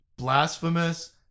blasphemous